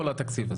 כל התקציב הזה.